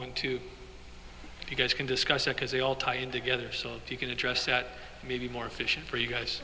one two you guys can discuss it because they all tie in together so you can address that maybe more efficient for you guys